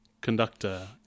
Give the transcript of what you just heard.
Conductor